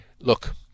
look